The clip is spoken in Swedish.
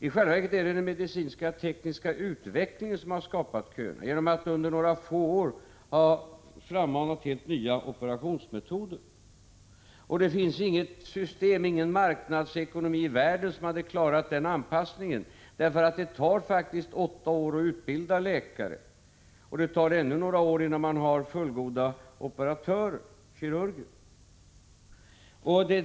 I själva verket är det den medicinska tekniska utvecklingen som har skapat köerna, genom att under några få år ha frammanat helt nya operationsmetoder. Och det finns inget system, ingen marknadsekonomi i världen, som hade klarat den anpassningen. Det tar faktiskt åtta år att utbilda läkare, och det tar ännu några år innan man har fullgoda kirurger.